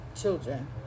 children